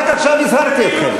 רק עכשיו הזהרתי אתכם.